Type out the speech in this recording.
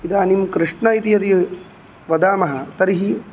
इदानीं कृष्ण इति यदि वदामः तर्हि